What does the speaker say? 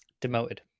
demoted